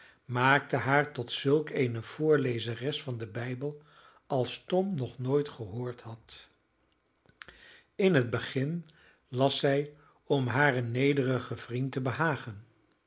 maakte haar tot zulk eene voorlezeres van den bijbel als tom nog nooit gehoord had in het begin las zij om haren nederigen vriend te behagen